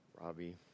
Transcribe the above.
Robbie